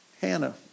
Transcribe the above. Hannah